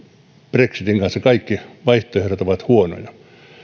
brexitin kanssa kaikki vaihtoehdot ovat huonoja